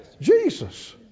Jesus